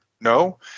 no